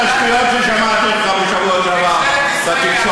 השטויות ששמעתי אותך אומר בשבוע שעבר בתקשורת.